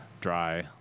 dry